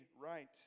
right